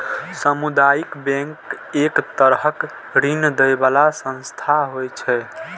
सामुदायिक बैंक एक तरहक ऋण दै बला संस्था होइ छै